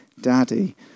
daddy